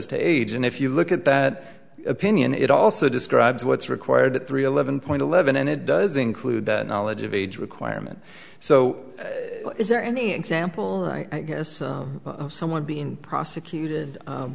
to age and if you look at that opinion it also describes what's required three eleven point eleven and it does include that knowledge of age requirement so is there any example i guess someone being prosecuted u